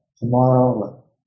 tomorrow